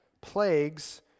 plagues